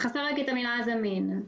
חסרה רק המילה "הזמין".